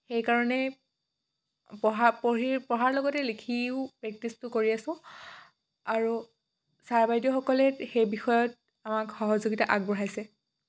সেই কাৰণে পঢ়া পঢ়ি পঢ়াৰ লগতে লিখিও প্ৰেক্টিছটো কৰি আছোঁ আৰু ছাৰ বাইদেউসকলে সেই বিষয়ত আমাক সহযোগিতা আগবঢ়াইছে